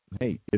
hey